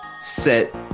set